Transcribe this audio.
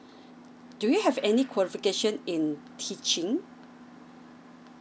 do you have any qualification in teaching